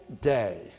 day